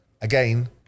again